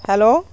hello